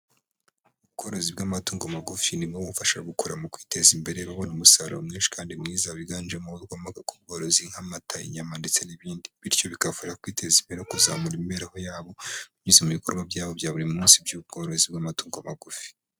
Ubw'amatungo magufi nibwo bufasha gukura mu kwiteza imbere babona umusaruro mwinshi kandi mwiza, wiganjemo ukomoka ku bworozi nk'amata, inyama ndetse n'ibindi, bityo bikabafasha kwiteza imbere kuzamura imibereho yabo binyuze mu bikorwa byabo bya buri munsi by'ubworozi bw'amatungo magufi.